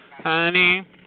Honey